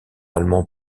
allemand